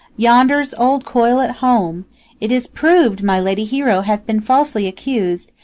yonder's old coil at home it is proved, my lady hero hath been falsely accused,